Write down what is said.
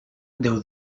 déu